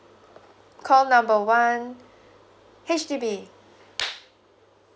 call number one H_D_B